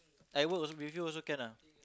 I work also with you also can ah